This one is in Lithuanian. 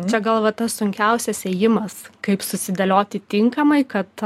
čia gal va tas sunkiausias ėjimas kaip susidėlioti tinkamai kad